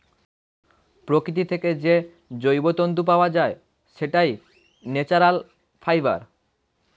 প্রকৃতি থেকে যে জৈব তন্তু পাওয়া যায়, সেটাই ন্যাচারাল ফাইবার